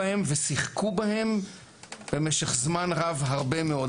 ובאמת שיחקו בהם במשך זמן רב מאוד.